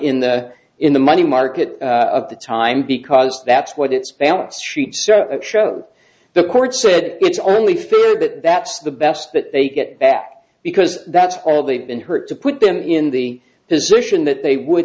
in the in the money market of the time because that's what its balance sheet search shows the court said it's only fair that that's the best that they get that because that's all they've been hurt to put them in the position that they would